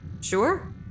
Sure